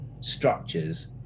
structures